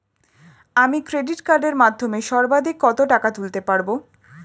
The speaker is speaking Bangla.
আমি ক্রেডিট কার্ডের মাধ্যমে সর্বাধিক কত টাকা তুলতে পারব?